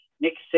next